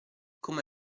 come